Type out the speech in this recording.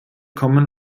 kommen